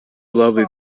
lovely